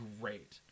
great